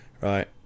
right